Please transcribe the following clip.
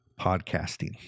podcasting